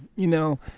you know,